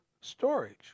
storage